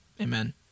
Amen